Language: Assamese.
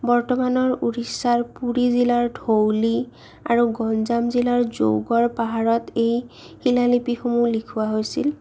বৰ্তমানৰ উৰিষ্যাৰ পুৰি জিলাৰ ধৌলি আৰু গঞ্জাম জিলাৰ জৌগৰ পাহাৰত এই শিলালিপিসমূহ লিখোৱা হৈছিল